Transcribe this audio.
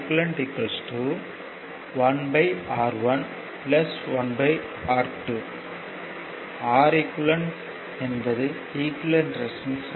1Req 1R1 1R2 Req என்பது equivalent resistance ஆகும்